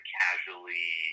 casually